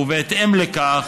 ובהתאם לכך,